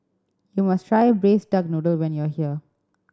you must try Braised Duck Noodle when you are here